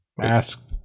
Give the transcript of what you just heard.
ask